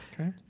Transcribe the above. Okay